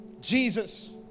Jesus